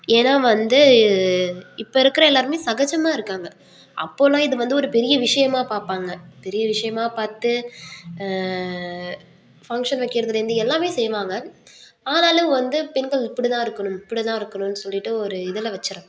ஏன்னா வந்து இப்போ இருக்கிற எல்லோருமே சகஜமாக இருக்காங்க அப்போலாம் இது வந்து ஒரு பெரிய விஷயமா பார்ப்பாங்க பெரிய விஷயமா பார்த்து ஃபங்க்ஷன் வைக்கிறதுலேருந்து எல்லாமே செய்வாங்க ஆனாலும் வந்து பெண்கள் இப்படி தான் இருக்கணும் இப்படி தான் இருக்கணும் சொல்லிட்டு ஒரு இதில் வச்சிருந்தாங்க